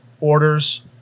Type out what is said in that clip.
orders